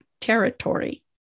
territory